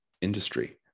industry